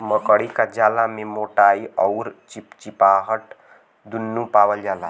मकड़ी क जाला में मोटाई अउर चिपचिपाहट दुन्नु पावल जाला